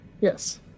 Yes